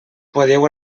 podeu